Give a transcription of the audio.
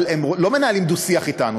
אבל הם לא מנהלים דו-שיח אתנו.